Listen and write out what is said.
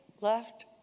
left